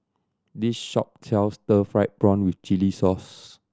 this shop sells stir fried prawn with chili sauce